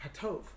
Hatov